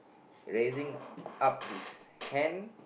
raising up his hand